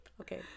Okay